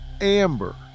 Amber